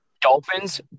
Dolphins